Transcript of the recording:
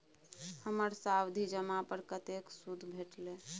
हमर सावधि जमा पर कतेक सूद भेटलै?